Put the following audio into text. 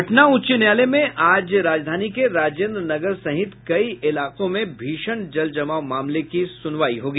पटना उच्च न्यायालय में आज राजधानी के राजेन्द्र नगर सहित कई इलाकों में भीषण जल जमाव मामले की सुनवाई होगी